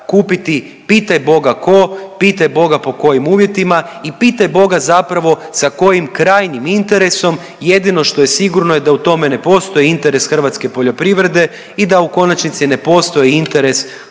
pitaj boga tko, pitaj boga pod kojim uvjetima i pitaj boga zapravo sa kojim krajnjim interesom. Jedino što je sigurno da u tome ne postoji interes hrvatske poljoprivrede i da u konačnici ne postoji interes hrvatskih